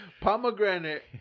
Pomegranate